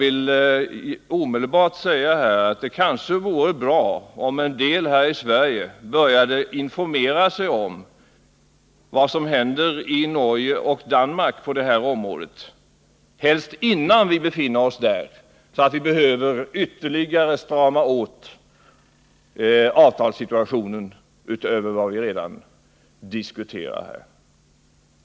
I det sammanhanget vill jag säga att det kanske vore bra om somliga här i Sverige började informera sig om vad som händer it.ex. Norge och Danmark på det här området. Helst borde de göra det innan vi befinner oss i samma läge som man har där, vilket skulle medföra att vi tvingas att strama åt avtalssituationen ytterligare, utöver vad som här diskuteras.